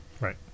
Right